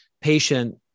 patient